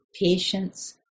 patience